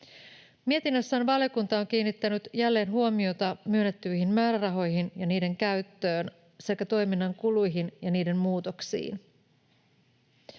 Mietinnössään valiokunta on kiinnittänyt jälleen huomiota myönnettyihin määrärahoihin ja niiden käyttöön sekä toiminnan kuluihin ja niiden muutoksiin.